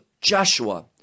Joshua